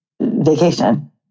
vacation